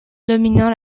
dominant